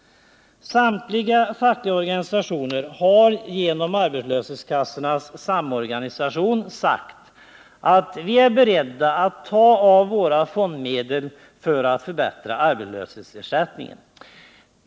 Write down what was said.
Samtliga fackliga organisationer har genom arbetslöshetskassornas samorganisation sagt att de är beredda att ta av sina fondmedel för att förbättra arbetslöshetsersättningen.